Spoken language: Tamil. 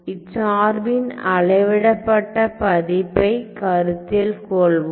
இச்சார்பின் அளவிடப்பட்ட பதிப்பைக் கருத்தில் கொள்வோம்